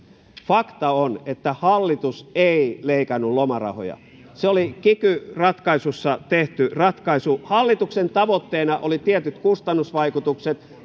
fakta on että hallitus ei leikannut lomarahoja se oli kiky ratkaisussa tehty ratkaisu hallituksen tavoitteena olivat tietyt kustannusvaikutukset